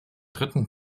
dritten